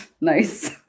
Nice